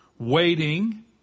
waiting